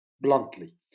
bluntly